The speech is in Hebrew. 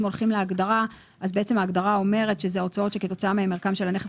אם הולכים להגדרה אז ההגדרה אומרת שזה הוצאות שכתוצאה מהם ערכם של הנכס,